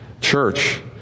church